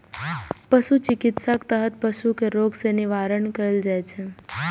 पशु चिकित्साक तहत पशु कें रोग सं निवारण कैल जाइ छै